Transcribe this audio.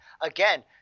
again